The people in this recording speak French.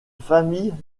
famille